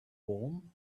warm